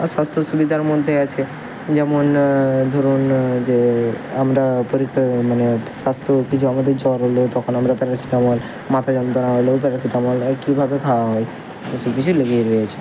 আর স্বাস্থ্য সুবিধার মধ্যে আছে যেমন ধরুন যে আমরা পরীক্ষা মানে স্বাস্থ্য কিছু আমাদের জ্বর হলো তখন আমরা প্যারাসিটামল মাথা যন্ত্রণা হলেও প্যারাসিটামল একইভাবে খাওয়া হয় অসুখ বিসুখ লেগেই রয়েছে